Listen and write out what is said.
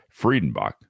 Friedenbach